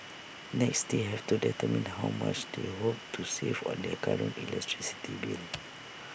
next they have to determine how much they hope to save on their current electricity bill